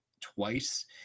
twice